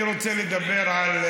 אני רוצה לדבר על,